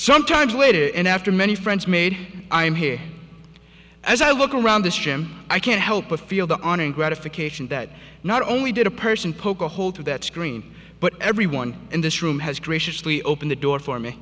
sometimes later in after many friends made i'm here as i look around this gym i can't help but feel the honor and gratification that not only did a person poke a hole through that screen but everyone in this room has graciously open the door for me